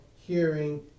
hearing